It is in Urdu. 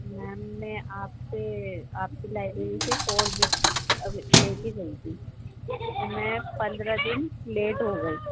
میم میں آپ سے آپ کی لائبریری سے فور بکس لے کے گئی تھی میں پندرہ دن لیٹ ہو گئی